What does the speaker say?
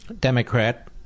Democrat